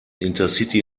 intercity